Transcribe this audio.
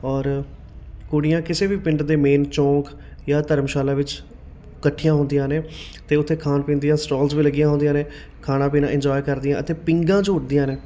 ਔਰ ਕੁੜੀਆਂ ਕਿਸੇ ਵੀ ਪਿੰਡ ਦੇ ਮੇਨ ਚੌਂਕ ਜਾਂ ਧਰਮਸ਼ਾਲਾ ਵਿੱਚ ਇਕੱਠੀਆਂ ਹੁੰਦੀਆਂ ਨੇ ਅਤੇ ਉੱਥੇ ਖਾਣ ਪੀਣ ਦੀਆਂ ਸਟਰੋਲਜ ਵੀ ਲੱਗੀਆਂ ਹੁੰਦੀਆਂ ਨੇ ਖਾਣ ਪੀਣਾ ਇੰਜੋਏ ਕਰਦੀਆਂ ਅਤੇ ਪੀਘਾਂ ਝੂਟਦੀਆਂ ਨੇ